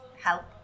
help